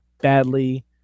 badly